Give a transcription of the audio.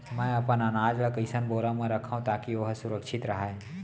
मैं अपन अनाज ला कइसन बोरा म रखव ताकी ओहा सुरक्षित राहय?